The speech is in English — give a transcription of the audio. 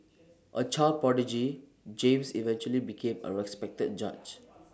A child prodigy James eventually became A respected judge